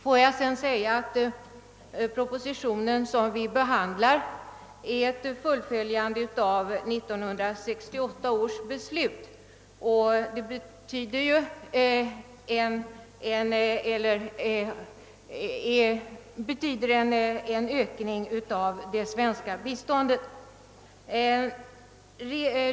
Den proposition som vi nu behandlar är ett fullföljande av 1968 års beslut och innebär en ökning av det svenska biståndet.